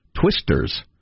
twisters